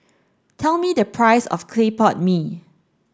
tell me the price of Clay Pot Mee